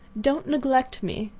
don't neglect me,